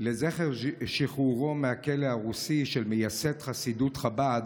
לזכר שחרורו מהכלא הרוסי של מייסד חסידות חב"ד,